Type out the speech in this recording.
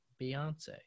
Beyonce